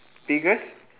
figures